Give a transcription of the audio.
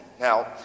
Now